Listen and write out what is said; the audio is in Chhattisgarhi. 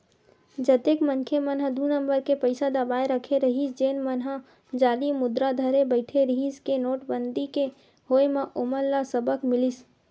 जतेक मनखे मन ह दू नंबर के पइसा दबाए रखे रहिस जेन मन ह जाली मुद्रा धरे बइठे रिहिस हे नोटबंदी के होय म ओमन ल सबक मिलिस